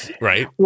right